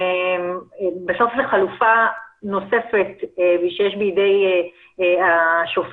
בסוף זו חלופה נוספת שיש בידי השופטים,